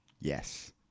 Yes